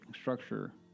structure